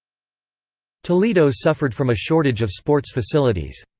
toledo suffered from a shortage of sports facilities.